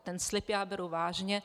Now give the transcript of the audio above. Ten slib já beru vážně.